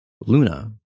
Luna